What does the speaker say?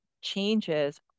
changes